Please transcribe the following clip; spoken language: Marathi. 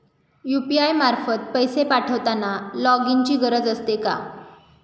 यु.पी.आय मार्फत पैसे पाठवताना लॉगइनची गरज असते का?